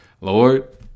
Lord